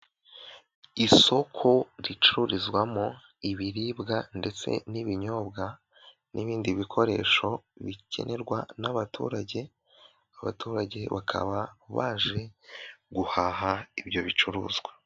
Isoko ricururizwamo ibiribwa ndetse n'ibinyobwa n'ibindi bikoresho bikenerwa n'abaturage, abaturage bakaba baje guhaha ibyo bicuruzwa.